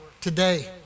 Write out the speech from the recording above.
today